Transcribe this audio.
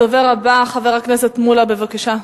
הדובר הבא, חבר הכנסת מולה, בבקשה.